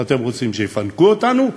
מה אתם רוצים, שיפנקו אותנו?